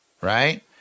right